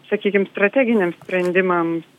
sakykim strateginiams sprendimams